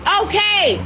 okay